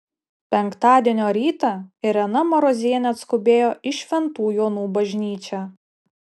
penktadienio rytą irena marozienė atskubėjo į šventų jonų bažnyčią